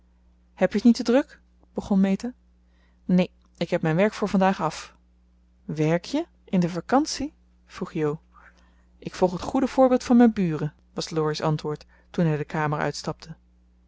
heb je t niet te druk begon meta neen ik heb mijn werk voor vandaag af werk je in de vacantie vroeg jo ik volg het goede voorbeeld van mijn buren was laurie's antwoord toen hij de kamer uitstapte